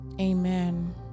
Amen